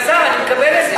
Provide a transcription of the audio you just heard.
אלעזר, אני מקבל את זה.